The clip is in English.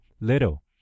little